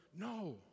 No